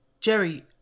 jerry